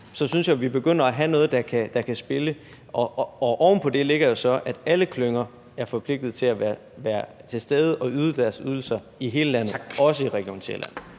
så synes jeg, vi begynder at have noget, der kan spille. Oven på det ligger jo så, at alle klynger er forpligtet til at være til stede med deres ydelser i hele landet, også i Region